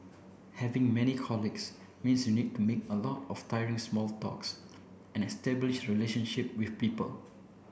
having many colleagues means you need to make a lot of tiring small talk and establish relationship with people